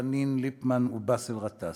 חנין, ליפמן ובאסל גטאס.